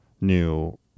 new